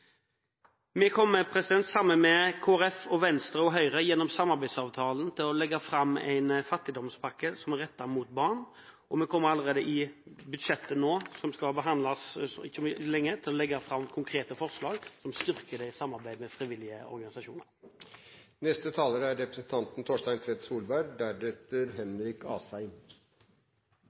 med Fremskrittspartiet, Kristelig Folkeparti og Venstre kommer vi til å legge fram en fattigdomspakke rettet mot barn. Vi kommer allerede i budsjettet som skal behandles om ikke lenge, til å legge fram konkrete forslag som styrker samarbeidet med frivillige organisasjoner. Jeg har tidligere i dag presentert meg som sindig vestlending, og det er